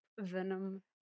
Venom